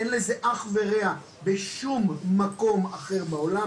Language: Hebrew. אין לזה אח ורע בשום מקום אחר בעולם,